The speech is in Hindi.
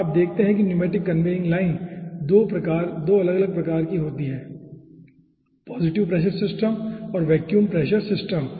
और आप देखते हैं कि न्यूमैटिक कन्वेयिंग लाइनें दो अलग अलग प्रकार की होती हैं पॉज़िटिव प्रेशर सिस्टम और वैक्यूम प्रेशर सिस्टम